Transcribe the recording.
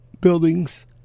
buildings